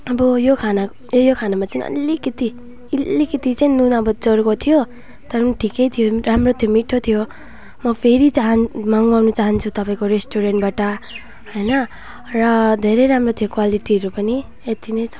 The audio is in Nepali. अब यो खाना ए यो खानामा चाहिँ अलिकति अलिकति चाहिँ नुन अब चर्को थियो तर पनि ठिक्कै थियो राम्रो थियो मिठो थियो म फेरि चाहन मगाउनु चहान्छु तपाईँको रेस्टुरेन्टबाट होइन र धेरै राम्रो थियो क्वालिटीहरू पनि यति नै छ